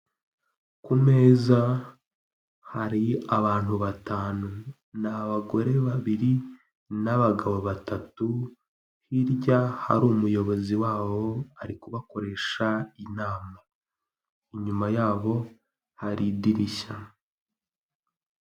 Ku meza hari abantu batanu ni abagore babiri n'abagabo batatu hirya hari umuyobozi wabo ari kubakoresha inama inyuma yabo hari idirishya.